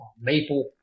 maple